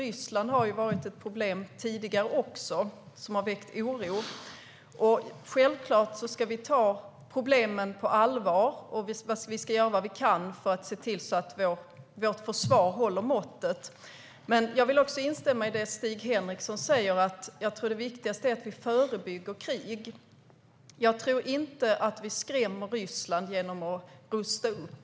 Ryssland har ju varit ett problem som har väckt oro tidigare också. Självklart ska vi ta problemen på allvar och göra vad vi kan för att vårt försvar ska hålla måttet, men jag vill också instämma i det Stig Henriksson säger om att det viktigaste är att vi förebygger krig. Jag tror inte att vi skrämmer Ryssland genom att upprusta.